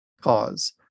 cause